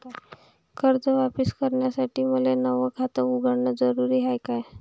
कर्ज वापिस करासाठी मले नव खात उघडन जरुरी हाय का?